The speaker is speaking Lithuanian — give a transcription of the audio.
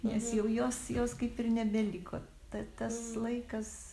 nes jau jos jos kaip ir nebeliko ta tas laikas